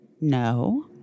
No